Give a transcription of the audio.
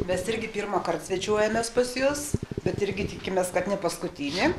mes irgi pirmąkart svečiuojamės pas jus bet irgi tikimės kad nepaskutinį